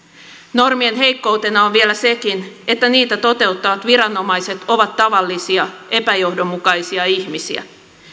normien heikkoutena on vielä sekin että niitä toteuttavat viranomaiset ovat tavallisia epäjohdonmukaisia ihmisiä